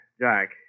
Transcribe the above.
Jack